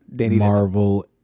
Marvel